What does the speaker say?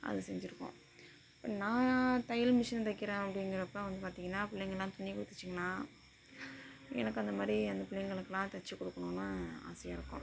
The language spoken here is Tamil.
அது செஞ்சுருக்கும் நான் தையல் மிஷின் தைக்கிறேன் அப்படிங்கிறப்ப வந்து பார்த்திங்கன்னா பிள்ளைங்களாம் துணி கொடுத்துச்சிங்கன்னா எனக்கு அந்த மாதிரி அந்த பிள்ளைங்களுக்குலாம் தைச்சி கொடுக்கணுன்னு ஆசையாயிருக்கும்